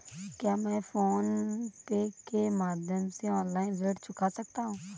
क्या मैं PhonePe के माध्यम से ऑनलाइन ऋण चुका सकता हूँ?